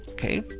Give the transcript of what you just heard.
okay.